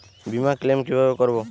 বিমা ক্লেম কিভাবে করব?